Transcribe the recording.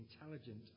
intelligent